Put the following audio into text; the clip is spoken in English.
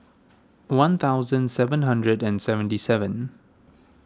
one thousand seven hundred and seventy seven